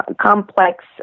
complex